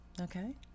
okay